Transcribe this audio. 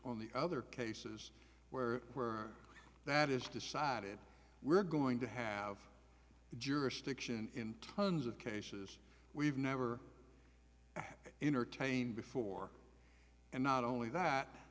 on the other cases where that is decided we're going to have jurisdiction in tons of cases we've never entertained before and not only that